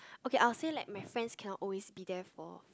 okay I'll say like my friends cannot always be there for